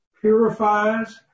purifies